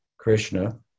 Krishna